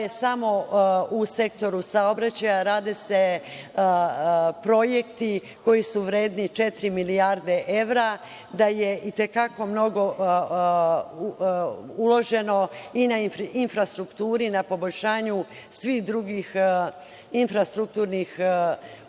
samo u sektoru saobraćaja rade projekti koji su vredni četiri milijarde evra, da je itekako mnogo uloženo i u infrastrukturu i poboljšanju svih drugih infrastrukturnih objekata,